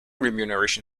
remuneration